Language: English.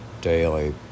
daily